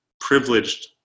privileged